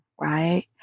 right